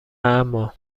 اما